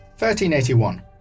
1381